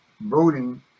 voting